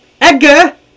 Edgar